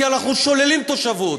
כי אנחנו שוללים תושבות,